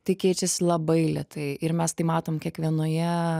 tai keičiasi labai lėtai ir mes tai matom kiekvienoje